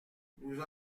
nous